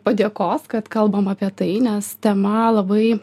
padėkos kad kalbam apie tai nes tema labai